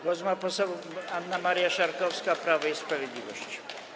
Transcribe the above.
Głos ma poseł Anna Maria Siarkowska, Prawo i Sprawiedliwość.